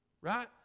right